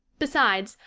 besides,